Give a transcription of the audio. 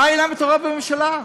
בממשלה.